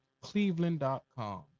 Cleveland.com